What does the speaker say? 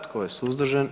Tko je suzdržan?